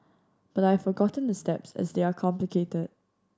but I've forgotten the steps as they are complicated